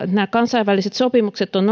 nämä kansainväliset sopimukset ovat